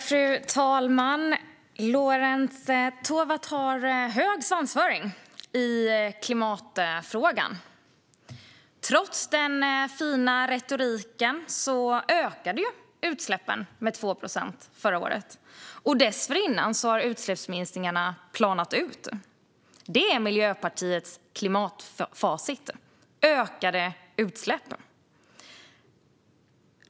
Fru talman! Lorentz Tovatt har hög svansföring i klimatfrågan. Trots den fina retoriken ökade utsläppen med 2 procent förra året, och dessförinnan planade utsläppsminskningarna ut. Detta är Miljöpartiets klimatfacit: ökade utsläpp.